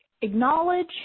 Acknowledge